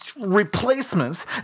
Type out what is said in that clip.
Replacements